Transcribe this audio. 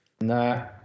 No